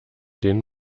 denen